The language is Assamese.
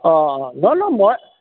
অঁ অঁ ন ন' মই